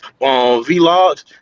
vlogs